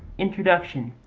introduction.